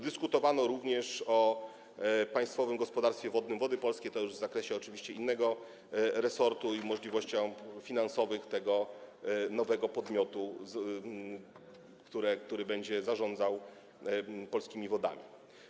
Dyskutowano również o Państwowym Gospodarstwie Wodnym „Wody Polskie” - to już w zakresie oczywiście innego resortu - i możliwościach finansowych tego nowego podmiotu, który będzie zarządzał polskimi wodami.